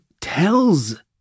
tells